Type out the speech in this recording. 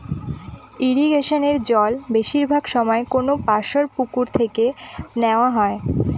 ইরিগেশনের জল বেশিরভাগ সময় কোনপাশর পুকুর থেকে নেওয়া হয়